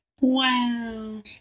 Wow